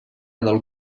del